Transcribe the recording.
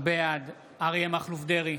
בעד אריה מכלוף דרעי,